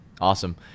Awesome